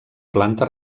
planta